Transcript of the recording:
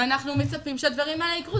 ואנחנו מצפים שהדברים האלה יקרו,